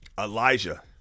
Elijah